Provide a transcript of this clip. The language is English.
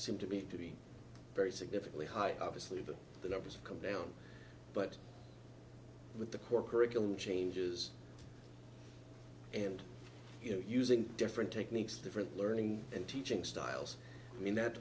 seem to me to be very significantly high obviously that the numbers have come down but with the core curriculum changes and you know using different techniques different learning and teaching styles i mean that